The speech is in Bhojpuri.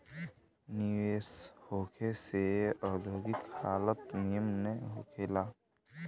निवेश होखे से औद्योगिक हालत निमन होखे ला